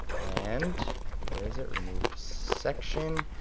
and where is it, remove section,